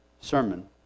sermon